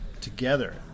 together